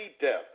death